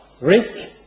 risk